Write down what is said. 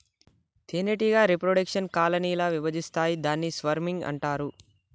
తేనెటీగ reproduction colony ల విభజిస్తాయి దాన్ని స్వర్మింగ్ అంటారు